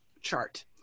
chart